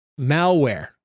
malware